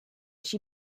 she